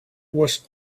was